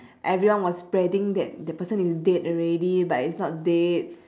everyone was spreading that the person is dead already but is not dead